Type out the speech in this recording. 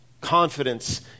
confidence